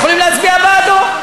יכולים להצביע בעדו.